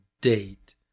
date